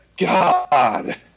God